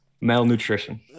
malnutrition